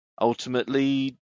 ultimately